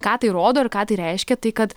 ką tai rodo ir ką reiškia tai kad